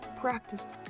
practiced